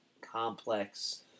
complex